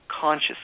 conscious